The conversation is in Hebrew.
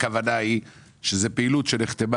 הכוונה היא שזו פעילות שנחתמה